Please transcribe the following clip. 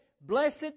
Blessed